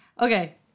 Okay